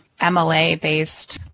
MLA-based